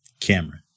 Cameron